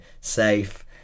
safe